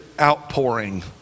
outpouring